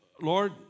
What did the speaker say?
Lord